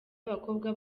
abakobwa